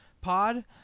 Pod